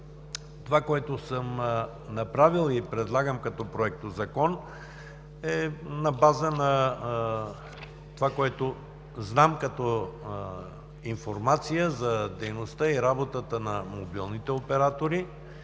Това, което съм направил и предлагам като Проектозакон, е на база на това, което зная като информация за дейността и работата на мобилните оператори.